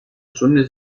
stunde